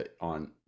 on